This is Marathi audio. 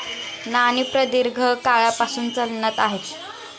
नाणी प्रदीर्घ काळापासून चलनात आहेत